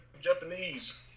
Japanese